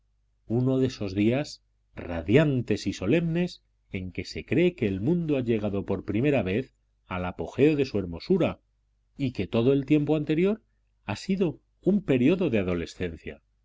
uno de esos días radiantes y solemnes en que se cree que el mundo ha llegado por primera vez al apogeo de su hermosura y que todo el tiempo anterior ha sido un período de adolescencia